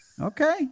Okay